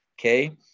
okay